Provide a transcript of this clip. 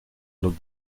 los